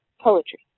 poetry